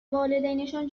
والدینشان